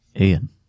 Ian